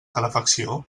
calefacció